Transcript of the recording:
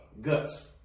guts